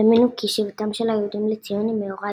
והאמינו כי "שיבתם של היהודים לציון היא מאורע